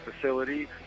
facility